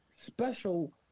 special